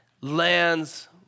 lands